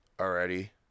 already